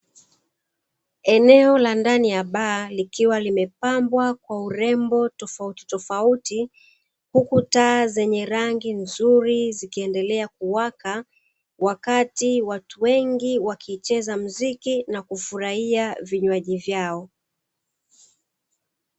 Eneo la ndani ya baa likiwa limepambwa kwa urembo tofautitofauti, huku taa zenye rangi nzuri zikiendelea kuwaka wakati watu wengi wakicheza muziki, na kufurahia vinywaji vyao.